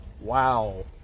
Wow